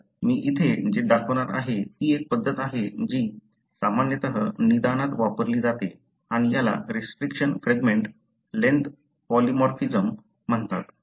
तर मी इथे जे दाखवणार आहे ती एक पद्धत आहे जी सामान्यतः निदानात वापरली जाते आणि याला रिस्ट्रिक्शन फ्रॅगमेंट लेन्थ पॉलीमॉर्फिसम म्हणतात